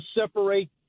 separate